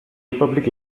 republic